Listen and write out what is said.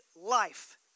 life